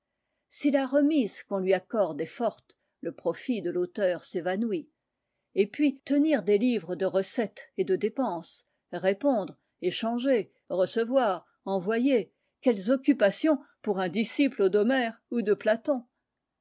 si la remise qu'on lui accorde est forte le profit de l'auteur s'évanouit et puis tenir des livres de recette et de dépense répondre échanger recevoir envoyer quelles occupations pour un disciple d'homère ou de platon